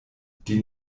die